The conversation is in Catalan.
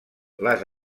les